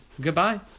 Goodbye